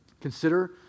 Consider